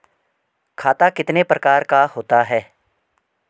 खाता कितने प्रकार का होता है?